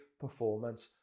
performance